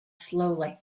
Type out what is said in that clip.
slowly